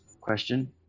question